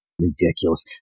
ridiculous